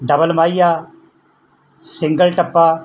double ਮਾਈਆ single ਟੱਪਾ